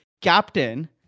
captain